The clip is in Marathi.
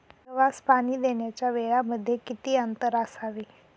गव्हास पाणी देण्याच्या वेळांमध्ये किती अंतर असावे?